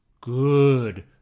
good